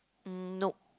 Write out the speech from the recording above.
mm nope